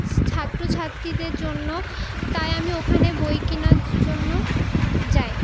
ছাত্রছাত্রীদের জন্য তাই আমি ওখানে বই কেনার জন্য যাই